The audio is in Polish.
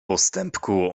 postępku